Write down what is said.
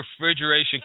refrigeration